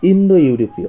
Indo ইউরোপীয়